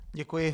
Děkuji.